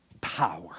power